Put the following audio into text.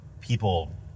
People